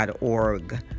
org